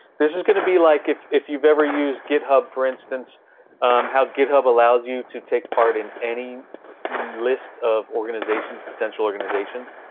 this is going to be like if if you've ever used github, for instance how github allows you to take part in any list of potential organizations.